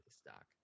stock